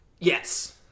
Yes